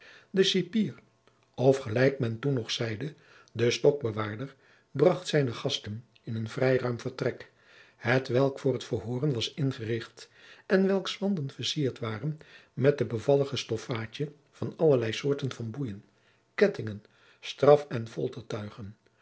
de cipier of gelijk men toen nog zeide de stokbewaarder bracht zijne gasten in een vrij ruim vertrek hetwelk voor het verhooren was ingericht en welks wanden vercierd waren met de bevallige stoffaadje van allerlei soorten van boeien kettingen straf en